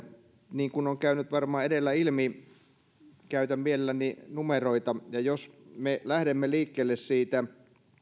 niin kuin on käynyt varmaan edellä ilmi käytän mielelläni numeroita ja jos me lähdemme liikkeelle siitä